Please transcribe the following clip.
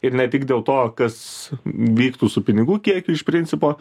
ir ne tik dėl to kas vyktų su pinigų kiekiu iš principo